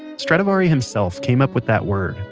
stradivari himself came up with that word.